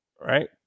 Right